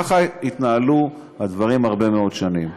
ככה התנהלו הדברים הרבה מאוד שנים.